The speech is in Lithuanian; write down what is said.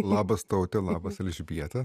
labas taute labas elžbieta